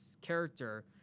character